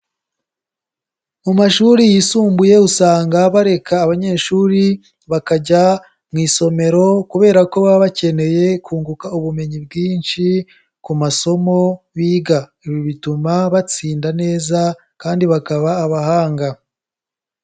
Mu mashuri yisumbuye usanga bareka abanyeshuri bakajya mu isomero kubera ko baba bakeneye kunguka ubumenyi bwinshi ku masomo biga. Ibi bituma batsinda neza kandi bakaba abahanga.